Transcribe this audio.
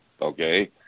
okay